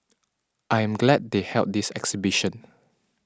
I am glad they held this exhibition